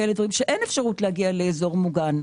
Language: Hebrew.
ואין אפשרות להגיע לאזור מוגן.